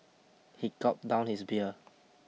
he gulped down his beer